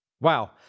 Wow